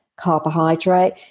carbohydrate